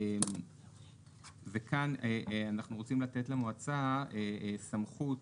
כאן אנחנו רוצים לתת למועצה סמכות